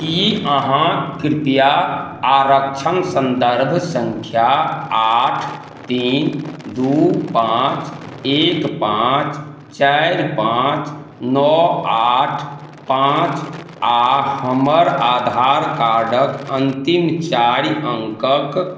की अहाँ कृपया आरक्षण सन्दर्भ संख्या आठ तीन दू पाँच एक पाँच चारि पाँच नओ आठ पाँच आ हमर आधार कार्डक अन्तिम चारि अङ्कक